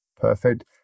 Perfect